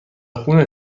خون